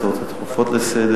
ההצעות הדחופות לסדר-היום,